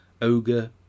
Ogre